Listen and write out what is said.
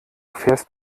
fährst